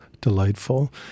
delightful